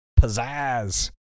pizzazz